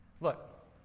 Look